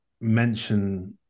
mention